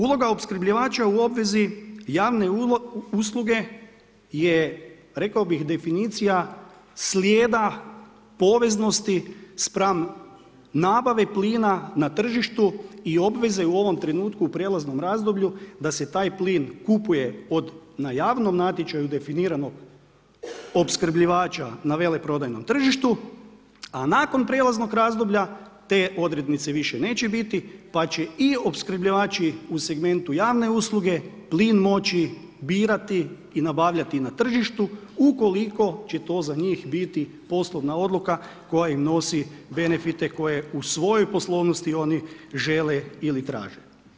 Uloga opskrbljivača u obvezi javne usluge je rekao bih, definicija, slijeda povezanosti, spam nabave plina na tržištu i obveze u ovom trenutku u prijelaznom razdoblju, da se taj plin kupuje na javnom natječaju, definiranog opskrbljivača na veleprodajnom tržištu, a nakon prijelaznog razdoblja, te odrednice više neće biti, pa će i opskrbljivači u segmentu javne usluge, plin moći birati i nabavljati na tržištu ukoliko će to za njih biti poslovna odluka, koja im nosi benefite, koje u svojoj poslovnosti oni žele ili traže.